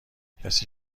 کسی